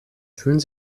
fühlen